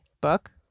book